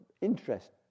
interest